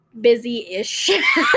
busy-ish